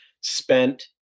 spent